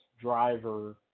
driver